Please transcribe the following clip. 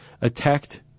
attacked